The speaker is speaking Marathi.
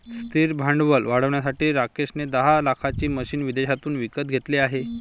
स्थिर भांडवल वाढवण्यासाठी राकेश ने दहा लाखाची मशीने विदेशातून विकत घेतले आहे